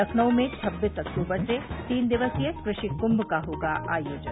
लखनऊ में छब्बीस अक्टूबर से तीन दिवसीय कृषि कृंम का होगा आयोजन